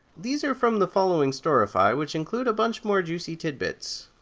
these are from the following storify, which include a bunch more juicy tidbits